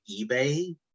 eBay